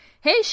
Hey